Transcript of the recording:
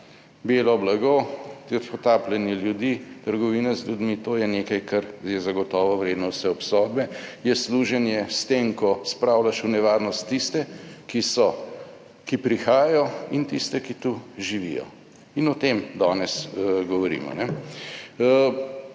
Belo blago, tihotapljenje ljudi, trgovine z ljudmi, to je nekaj, kar je zagotovo vredno vse obsodbe, je služenje s tem, ko spravljaš v nevarnost tiste, ki so, ki prihajajo in tiste, ki tu živijo in o tem danes govorimo,